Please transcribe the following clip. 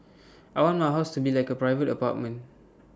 I want my house to be like A private apartment